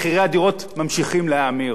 מחירי הדיור ממשיכים להאמיר.